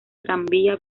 tranvía